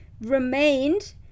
remained